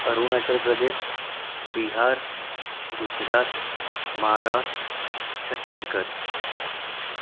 Arunachal Pradesh Bihar Gujarat Maharashtra Chhattisgarh